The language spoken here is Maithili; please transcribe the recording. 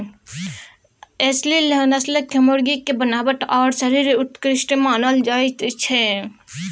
एसील नस्लक मुर्गीक बनावट आओर शरीर उत्कृष्ट मानल जाइत छै